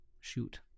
shoot